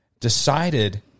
decided